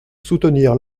soutenir